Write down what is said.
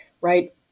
right